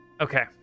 Okay